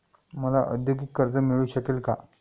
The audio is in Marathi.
मला औद्योगिक कर्ज मिळू शकेल का?